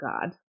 God